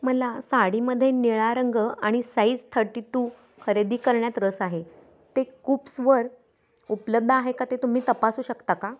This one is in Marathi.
मला साडीमध्ये निळा रंग आणि साईज थर्टी टू खरेदी करण्यात रस आहे ते कूप्सवर उपलब्ध आहे का ते तुम्ही तपासू शकता का